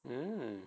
mm